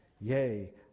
Yea